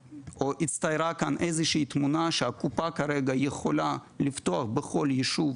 הצטיירה כאן איזו שהיא תמונה שהקופה כרגע יכולה לפתוח בכול יישוב